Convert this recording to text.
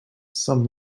some